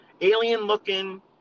alien-looking